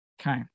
Okay